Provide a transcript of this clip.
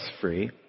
free